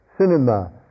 cinema